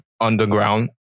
underground